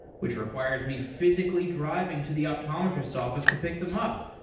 which requires me physically driving to the optometrist's office to pick them up.